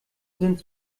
sind